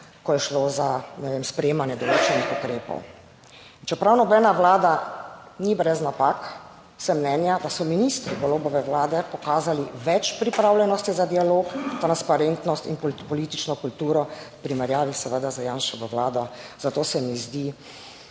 ko je šlo za ne vem, sprejemanje določenih ukrepov in čeprav nobena vlada ni brez napak, sem mnenja, da so ministri Golobove vlade pokazali več pripravljenosti za dialog, transparentnost in politično kulturo v primerjavi seveda z Janševo vlado, Zato se mi zdi